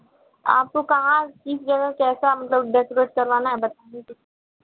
आपको कहाँ किस जगह कैसा मतलब डेकोरेट करवाना है बता दीजिए